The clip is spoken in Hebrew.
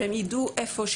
שהם יידעו איפה,